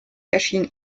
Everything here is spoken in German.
erschien